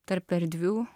tarp erdvių